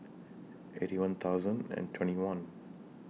Eighty One thousand and twenty one